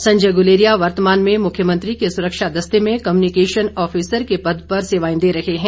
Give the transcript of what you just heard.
संयज गुलेरिया वर्तमान में मुख्यमंत्री के सुरक्षा दस्ते में कम्युनिकेशन ऑफिसर के पद पर सेवाएं दे रहे हैं